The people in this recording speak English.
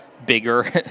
bigger